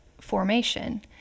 formation